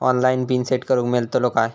Online pin set करूक मेलतलो काय?